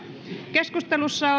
keskustelussa